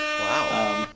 wow